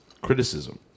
criticism